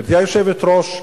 גברתי היושבת-ראש,